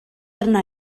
arna